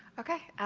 okay,